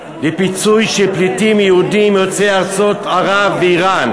לפיצוי של פליטים יהודים יוצאי ארצות ערב ואיראן.